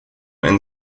and